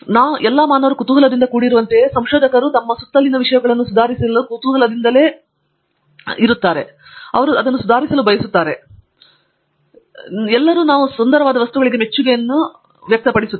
ಆದ್ದರಿಂದ ಮಾನವರು ಕುತೂಹಲದಿಂದ ಕೂಡಿರುವಂತೆಯೇ ಎಲ್ಲಾ ಮಾನವರು ನಮ್ಮ ಸುತ್ತಲೂ ವಿಷಯಗಳನ್ನು ಸುಧಾರಿಸಲು ಬಯಸುತ್ತಾರೆ ಮತ್ತು ನಾವು ಎಲ್ಲರೂ ಸುಂದರವಾದ ವಸ್ತುಗಳಿಗೆ ಮೆಚ್ಚುಗೆಯನ್ನು ಹೊಂದಿದ್ದೇವೆ